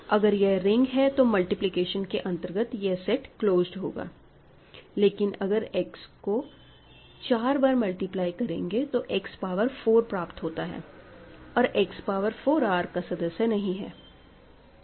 अगर यह रिंग है तो मल्टीप्लिकेशन के अंतर्गत यह सेट क्लोज्ड होगा लेकिन अगर X को 4 बार मल्टीप्लाई करेंगे तो X पावर 4 प्राप्त होता है और X पावर 4 R का सदस्य नहीं है